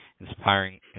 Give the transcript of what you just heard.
Inspiring